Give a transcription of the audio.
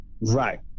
right